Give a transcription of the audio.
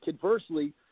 conversely